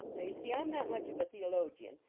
now, you see, i m not much of a theologian,